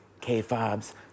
K-Fobs